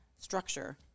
structure